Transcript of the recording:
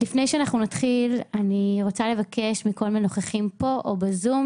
לפני שאנחנו נתחיל אני רוצה לבקש מכל הנוכחים פה או בזום,